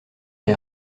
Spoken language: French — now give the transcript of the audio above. des